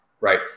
right